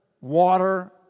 water